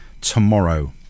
tomorrow